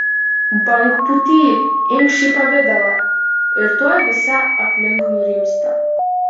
bangpūty tu imk šį pavidalą ir tuoj visa aplink nurimsta